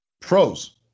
pros